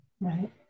Right